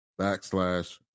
backslash